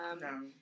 No